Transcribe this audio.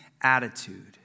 attitude